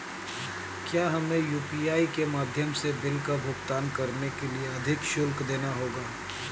क्या हमें यू.पी.आई के माध्यम से बिल का भुगतान करने के लिए अधिक शुल्क देना होगा?